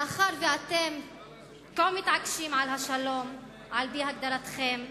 מאחר שאתם כה מתעקשים על השלום על-פי הגדרתכם,